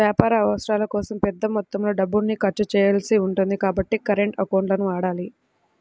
వ్యాపార అవసరాల కోసం పెద్ద మొత్తంలో డబ్బుల్ని ఖర్చు చేయాల్సి ఉంటుంది కాబట్టి కరెంట్ అకౌంట్లను వాడాలి